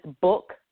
book